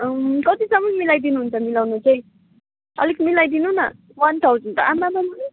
कतिसम्म मिलाइदिनु हुन्छ मिलाउनु चाहिँ अलिक मिलाइदिनु न वान थाउजन त आम्मामामा